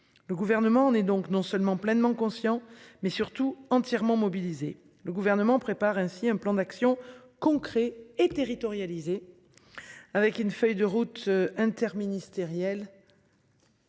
Le gouvernement, on est donc non seulement pleinement conscient mais surtout entièrement mobilisé, le gouvernement prépare ainsi un plan d'actions concret et territorialisée. Avec une feuille de route interministérielle.